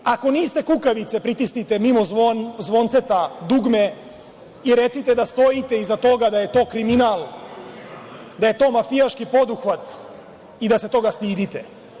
Ako niste kukavice, pritisnite mimo zvonceta dugme i recite da stojite iza toga, da je to kriminal, da je to mafijaški poduhvat i da se toga stidite.